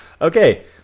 Okay